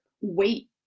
wait